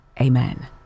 Amen